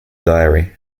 diary